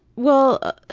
well,